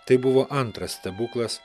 tai buvo antras stebuklas